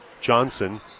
Johnson